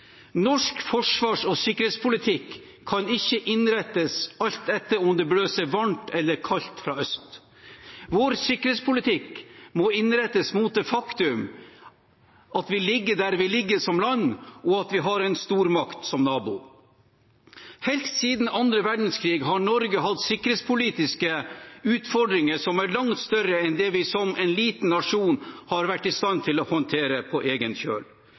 Norsk forsvars- og sikkerhetspolitikk kan ikke innrettes alt etter om det blåser varmt eller kaldt fra øst. Vår sikkerhetspolitikk må innrettes mot det faktum at vi ligger der vi ligger som land, og at vi har en stormakt som nabo. Helt siden annen verdenskrig har Norge hatt sikkerhetspolitiske utfordringer som er langt større enn det vi som en liten nasjon har vært i stand til å håndtere på egen kjøl.